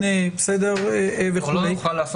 אני לא יודעת